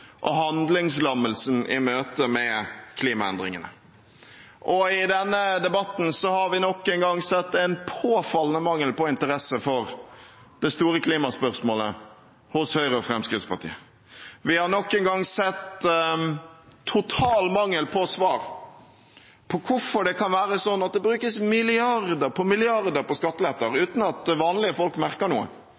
og handlingslammelsen i møte med klimaendringene. I denne debatten har vi nok en gang sett at det er en påfallende mangel på interesse for det store klimaspørsmålet hos Høyre og Fremskrittspartiet. Vi har nok en gang sett total mangel på svar på hvorfor det kan være sånn at det brukes milliarder på milliarder på skatteletter uten at vanlige folk merker noe,